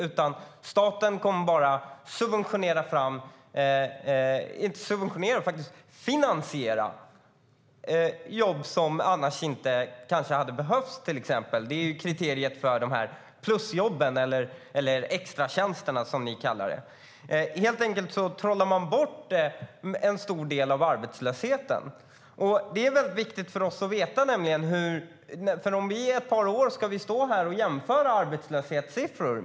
Staten kommer att finansiera jobb som kanske inte hade behövts annars; det är kriteriet för plusjobben, eller extratjänsterna som ni kallar dem. Ni trollar helt enkelt bort en stor del av arbetslösheten. Det är viktigt för oss att veta hur ni räknar. Jag misstänker nämligen att vi om ett par år ska stå här och jämföra arbetslöshetssiffror.